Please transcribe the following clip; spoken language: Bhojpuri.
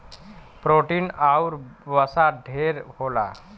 प्रोटीन आउर वसा ढेर होला